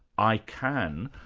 i can